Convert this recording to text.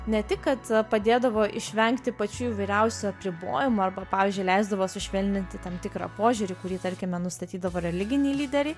ne tik kad padėdavo išvengti pačių įvairiausių apribojimų arba pavyzdžiui leisdavo sušvelninti tam tikrą požiūrį kurį tarkime nustatydavo religiniai lyderiai